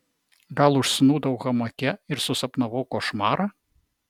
gal užsnūdau hamake ir susapnavau košmarą